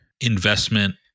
investment